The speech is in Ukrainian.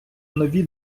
нові